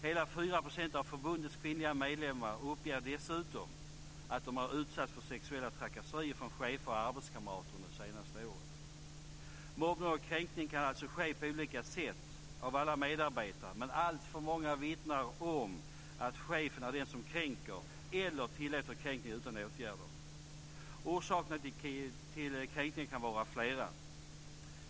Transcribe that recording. Hela 4 % av förbundets kvinnliga medlemmar uppger dessutom att de utsatts för sexuella trakasserier från chefer och arbetskamrater under det senaste året. Mobbning och kränkning kan alltså ske på olika sätt av alla medarbetare. Men alltför många vittnar om att chefen är den som kränker, eller tillåter att kränkning sker utan åtgärder. Orsakerna till kränkningen kan vara flera.